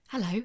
Hello